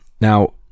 Now